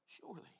surely